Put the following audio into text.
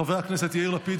חברי הכנסת יאיר לפיד,